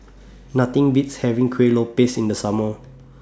Nothing Beats having Kuih Lopes in The Summer